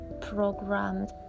programmed